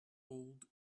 old